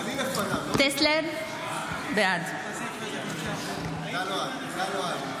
יעקב טסלר, בעד טל אוהד, טל אוהד.